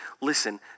Listen